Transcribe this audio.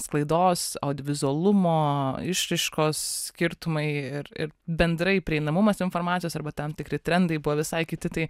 sklaidos odd vizualumo išraiškos skirtumai ir ir bendrai prieinamumas informacijos arba tam tikri trendai buvo visai kiti tai